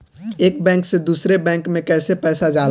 एक बैंक से दूसरे बैंक में कैसे पैसा जाला?